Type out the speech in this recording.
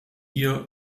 ihr